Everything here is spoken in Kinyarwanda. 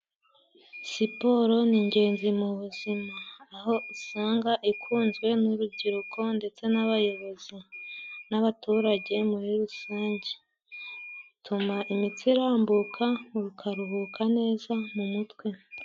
Siporo ni ingenzi mu buzima, aho usanga ikunzwe n'urubyiruko ndetse n'abayobozi n'abaturage muri rusange. Bituma imitsi irambuka ukaruhuka neza mu mutwe.